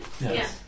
Yes